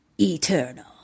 eternal